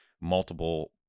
multiple